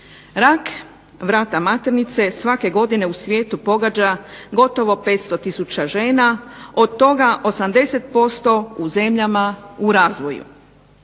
Rak vrata maternice svake godine u svijetu pogađa gotovo 500 tisuća žena, od toga 80% u zemljama u razvoju.